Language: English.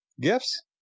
Gifts